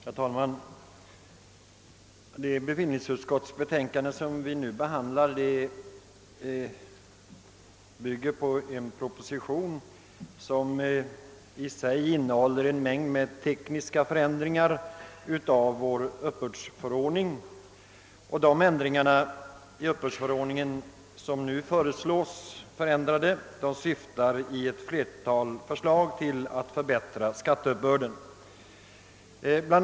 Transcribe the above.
Herr talman! Det betänkande från bevillningsutskottet som vi nu behandlar bygger på en proposition, vilken i sig innehåller en mängd tekniska förändringar av vår uppbördsförordning. De föreslagna förändringarna syftar i ett flertal fall till att förbättra skatteuppbörden. Bl.